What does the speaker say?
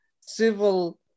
civil